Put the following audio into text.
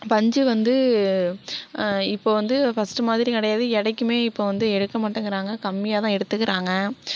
பஞ்சு வந்து இப்போ வந்து ஃபர்ஸ்ட் மாதிரி கிடையாது எடைக்குமே இப்ப வந்து எடுக்க மாட்டேங்குறாங்க கம்மியாகதான் எடுத்துகிறாங்க